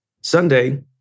Sunday